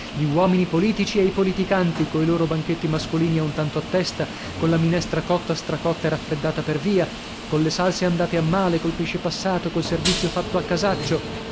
gli uomini politici e i politicanti coi loro banchetti mascolini a un tanto a testa colla minestra cotta stracotta e raffreddata per via colle salse andate a male col pesce passato col servizio fatto a casaccio